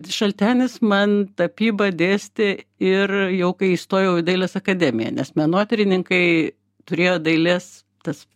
šaltenis man tapybą dėstė ir jau kai įstojau į dailės akademiją nes menotyrininkai turėjo dailės tas